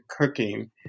cooking